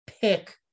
pick